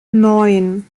neun